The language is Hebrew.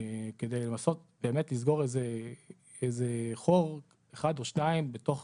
כדי לנסות באמת לסגור איזה חור אחד או שניים בתוך